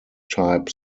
type